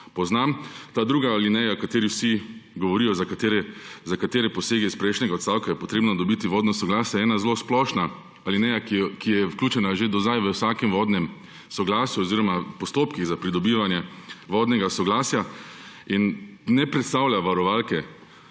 poznam. Ta druga alineja, o kateri vsi govorijo, za katere posege iz prejšnjega odstavka je potrebno dobiti vodno soglasje, je ena zelo splošna alineja, ki je vključena že do sedaj v vsakem vodnem soglasju oziroma postopkih za pridobivanje vodnega soglasja, in ne predstavlja varovalke,